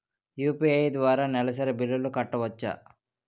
UPI ద్వారా నెలసరి బిల్లులు కట్టవచ్చా?